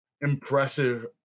impressive